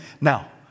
Now